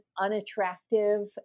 unattractive